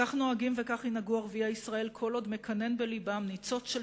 "כך נוהגים וכך ינהגו ערביי ישראל כל עוד מקנן בלבם ניצוץ של